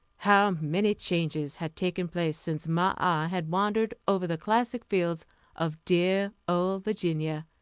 how many changes had taken place since my eye had wandered over the classic fields of dear old virginia!